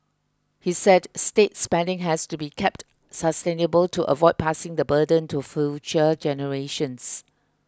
he said state spending has to be kept sustainable to avoid passing the burden to future generations